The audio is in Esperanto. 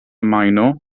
majno